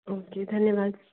okay धन्यवाद